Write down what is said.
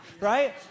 right